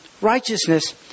righteousness